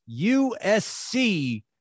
USC